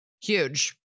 huge